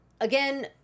Again